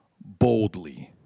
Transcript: boldly